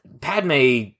Padme